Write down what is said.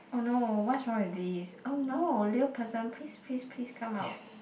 !oh no! what's wrong with this !oh no! little person please please please come out